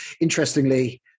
interestingly